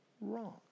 wrong